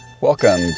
Welcome